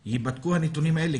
אני מבקש שייבדקו הנתונים האלה.